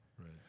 Right